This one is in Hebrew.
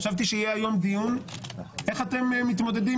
חשבתי שהיום יהיה דיון - איך אתם מתמודדים